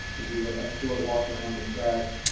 we do a ah short walk around the track,